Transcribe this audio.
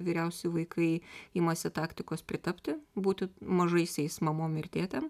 vyriausi vaikai imasi taktikos pritapti būti mažaisiais mamom ir tėtėm